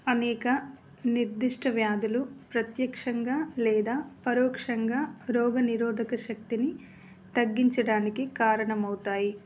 అనేక నిర్దిష్ట వ్యాధులు ప్రత్యక్షంగా లేదా పరోక్షంగా రోగనిరోధక శక్తిని తగ్గించడానికి కారణమవుతాయి